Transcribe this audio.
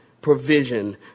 provision